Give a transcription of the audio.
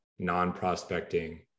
non-prospecting